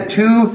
two